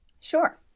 Sure